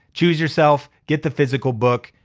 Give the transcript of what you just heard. choose yourself. get the physical book.